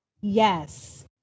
Yes